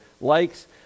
likes